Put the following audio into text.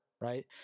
Right